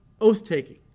oath-taking